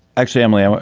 actually, emily, ah